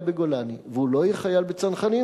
בגולני והוא לא יהיה חייל בצנחנים,